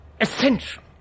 essential